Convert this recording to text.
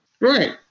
Right